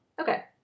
Okay